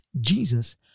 Jesus